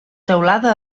teulada